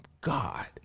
God